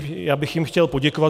Já bych jim chtěl poděkovat.